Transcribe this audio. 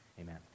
Amen